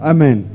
Amen